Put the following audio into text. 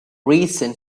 reason